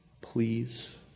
please